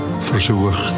versucht